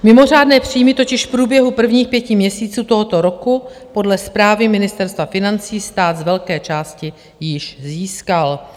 Mimořádné příjmy totiž v průběhu prvních pěti měsíců tohoto roku podle zprávy Ministerstva financí stát z velké části již získal.